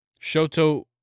Shoto